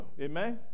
Amen